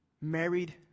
married